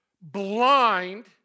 blind